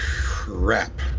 crap